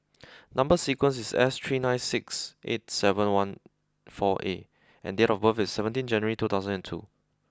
number sequence is S three nine six eight seven one four A and date of birth is seventeen January two thousand and two